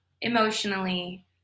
emotionally